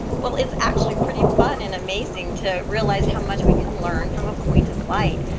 well it's actually pretty fun and amazing to realize how much we can learn from a point of light.